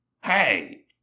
Hey